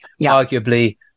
arguably